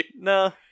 No